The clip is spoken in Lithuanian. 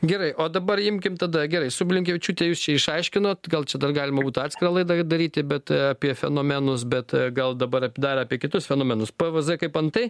gerai o dabar imkim tada gerai su blinkevičiūte jūs čia išaiškinot gal čia dar galima būtų atskirą laidą daryti bet apie fenomenus bet gal dabar dar apie kitus fenomenus peveze kaip antai